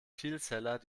vielzeller